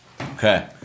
Okay